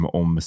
om